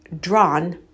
drawn